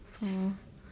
four